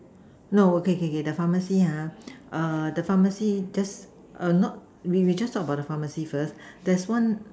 no okay okay okay the pharmacy ha err the pharmacy just err not we we just talk about the pharmacy first there's one